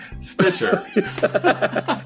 Stitcher